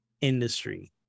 industry